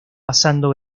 pasando